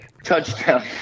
Touchdown